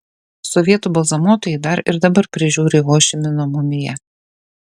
sovietų balzamuotojai dar ir dabar prižiūri ho ši mino mumiją